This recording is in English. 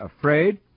afraid